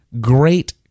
great